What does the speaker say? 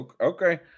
Okay